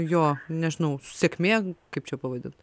jo nežinau sėkmė kaip čia pavadint